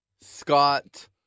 Scott